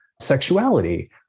sexuality